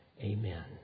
Amen